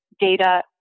data